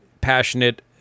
passionate